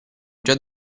già